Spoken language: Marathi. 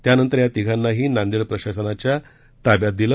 त्या नंतर या तिघांनाही नांदेड प्रशासनाच्या ताब्यात देण्यात आलं